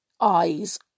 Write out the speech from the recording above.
eyes